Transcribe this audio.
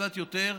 קצת יותר,